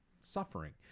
suffering